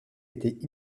étaient